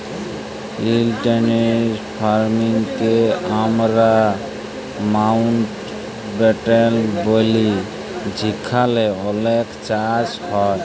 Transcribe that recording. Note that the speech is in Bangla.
ইলটেল্সিভ ফার্মিং কে আমরা মাউল্টব্যাটেল ব্যলি যেখালে অলেক চাষ হ্যয়